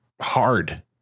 hard